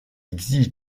exige